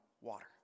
water